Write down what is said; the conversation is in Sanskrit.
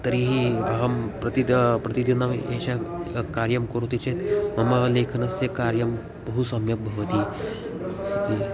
तर्हि अहं प्रतिद प्रतिदिनम् एष कार्यं करोति चेत् मम लेखनस्य कार्यं बहु सम्यक् भवति